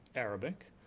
arabic.